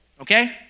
okay